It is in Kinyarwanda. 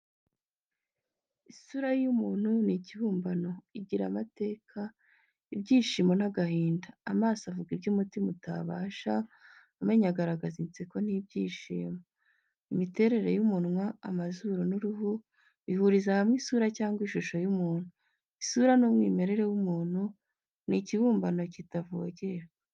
Isura y’umuntu ni ikibumbano, Igira amateka, ibyishimo n’agahinda. Amaso avuga ibyo umutima utabasha, Amenyo agaragaza inseko n’ ibyishimo. Imiterere y’ umunwa, amazuru n’uruhu, bihuriza hamwe isura cyangwa ishusho y’umuntu. Isura ni umwimerere w’umuntu, Ni ikibumbano kitavogerwa.